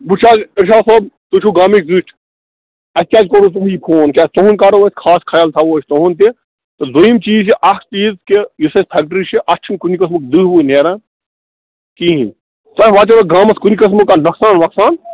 وٕچھ حظ اِرشاد صٲب تُہۍ چھُو گامٕکۍ زٕٹھۍ اَسہِ کیازِ کوٚرُو تۄہی فون کیٛازِ تُہُنٛد کَرو أسۍ خاص خیال تھاوو أسۍ تُہُنٛد تہِ تہٕ دوٚیِم چیٖز چھِ اَکھ چیٖز کہِ یُس اَسہِ فیٚکٹری چھِ اَتھ چھِنہٕ کُنہِ قٕسمُک دٕہہ وٕہہ نیران کِہیٖنۍ تۄہہِ واتیو نہٕ گامَس کُنہِ قٕسمُک کانٛہہ نۄقصان وۄقصان